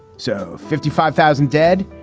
so fifty five thousand dead.